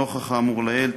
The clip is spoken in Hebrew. נוכח האמור לעיל,